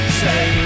say